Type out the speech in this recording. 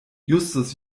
justus